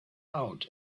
out